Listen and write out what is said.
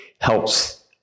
helps